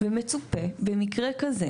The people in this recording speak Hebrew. ומצופה במקרה כזה,